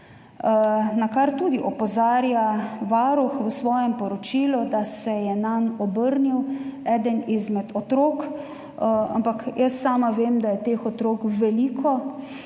Na to tudi opozarja Varuh v svojem poročilu, da se je nanj obrnil eden izmed otrok, ampak jaz sama vem, da je teh otrok veliko.